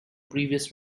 previous